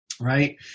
right